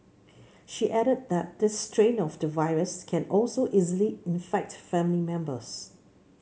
she added that this strain of the virus can also easily infect family members